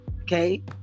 Okay